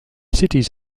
cities